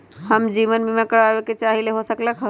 हम जीवन बीमा कारवाबे के चाहईले, हो सकलक ह?